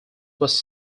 was